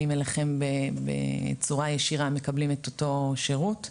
אליכם בצורה ישירה מקבלים את אותו שירות.